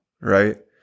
right